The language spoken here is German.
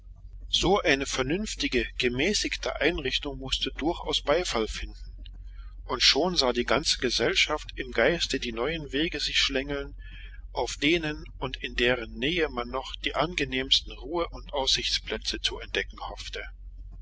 so eine vernünftige gemäßigte einrichtung mußte durchaus beifall finden und schon sah die ganze gesellschaft im geiste die neuen wege sich schlängeln auf denen und in deren nähe man noch die angenehmsten ruhe und aussichtsplätze zu entdecken hoffte